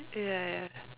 ya ya